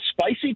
spicy